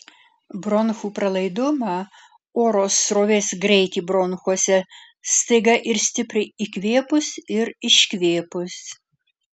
bronchų pralaidumą oro srovės greitį bronchuose staiga ir stipriai įkvėpus ir iškvėpus